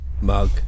Mug